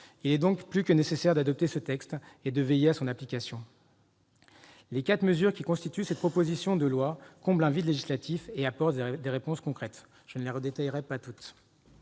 Il est donc plus que nécessaire d'adopter ce texte et de veiller à son application. Les quatre mesures qui constituent cette proposition de loi comblent un vide législatif et apportent des réponses concrètes. Je ne vais pas les détailler, mais soyez